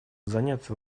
заняться